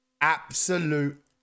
absolute